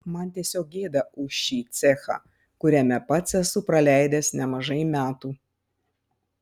man tiesiog gėda už šį cechą kuriame pats esu praleidęs nemažai metų